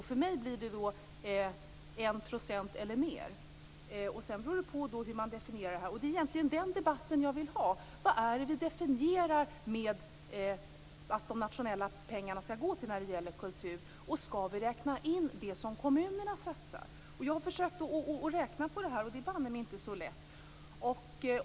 För mig blir det 1 % eller mer. Sedan beror det på hur man definierar det. Det är egentligen den debatten som jag vill ha. Vad är det vi menar att de nationella pengarna skall gå till när det gäller kultur, och skall vi räkna in det som kommunerna satsar? Jag har försökt att räkna på det, och det är banne mig inte så lätt.